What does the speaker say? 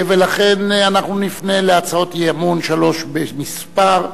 לכן נפנה להצעות אי-אמון, שלוש במספר,